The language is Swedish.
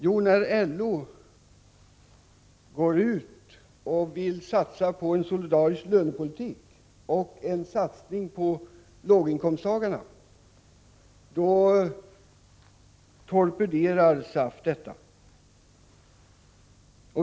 Jo, när LO vill satsa på en solidarisk lönepolitik och på låginkomsttagarna, då torpederar SAF detta.